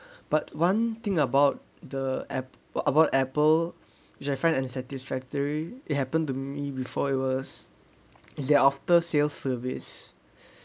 but one thing about the app about Apple which I find unsatisfactory it happen to me before it was is their after-sales service